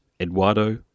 Eduardo